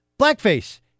Blackface